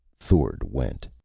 thord went.